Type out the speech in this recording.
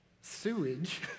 sewage